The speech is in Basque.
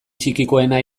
txikikoena